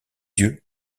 yeux